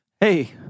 Hey